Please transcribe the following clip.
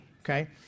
okay